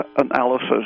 analysis